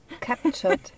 captured